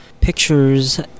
pictures